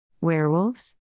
Werewolves